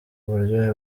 uburyohe